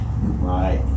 right